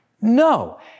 No